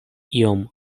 iom